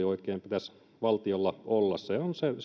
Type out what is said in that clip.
oikein pitäisi valtiolla olla se